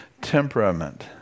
temperament